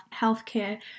healthcare